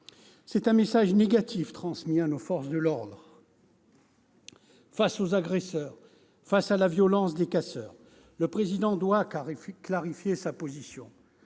C'est un message négatif transmis à nos forces de l'ordre confrontées aux agresseurs, à la violence des casseurs. Le Président doit clarifier sa position.